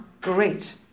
great